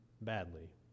badly